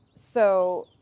so,